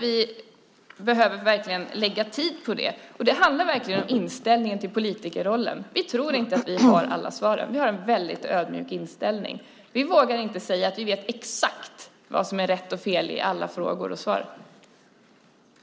Vi behöver verkligen lägga tid på det, och det handlar om inställningen till politikerrollen. Vi tror inte att vi har alla svar. Vi har en väldigt ödmjuk inställning. Vi vågar inte säga att vi exakt vet vad som är rätt och fel i alla frågor och svar,